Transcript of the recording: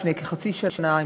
לפני כחצי שנה,